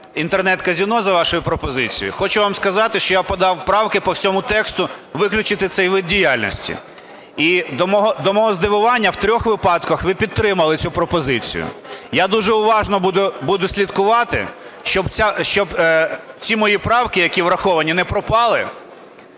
Інтернет-казино за вашою пропозицією, хочу вам сказати, що я подав правки, по всьому тексту, виключити цей вид діяльності. І до мого здивування, в трьох випадках ви підтримали цю пропозицію. Я дуже уважно буду слідкувати, щоб ці мої правки, які враховані, не пропали